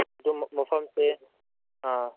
ꯑꯗꯨ ꯃꯐꯝꯁꯦ ꯑꯥ